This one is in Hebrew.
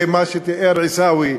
מה שתיאר עיסאווי,